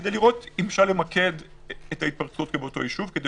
כדי לראות אם אפשר למקד את ההתפרצות באותו יישוב כדי